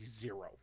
zero